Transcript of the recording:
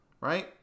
right